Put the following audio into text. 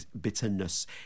bitterness